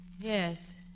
Yes